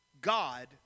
God